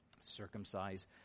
circumcise